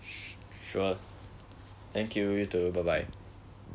sure thank you you too bye bye